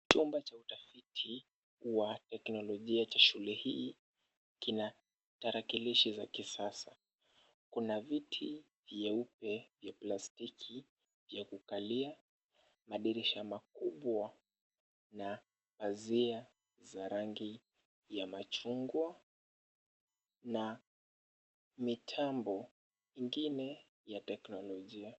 Chumba cha utafiti wa teknolojia cha shule hii kina tarakilishi za kisasa. Kuna viti vyeupe vya plastiki vya kukalia, madirisha makubwa na pazia za rangi ya machungwa na mitambo ingine ya teknolojia.